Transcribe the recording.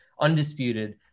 undisputed